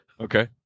Okay